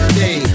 day